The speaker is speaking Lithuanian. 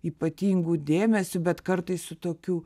ypatingu dėmesiu bet kartais su tokiu